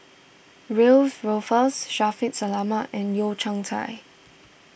Wiebe Wolters Shaffiq Selamat and Yeo Kian Chai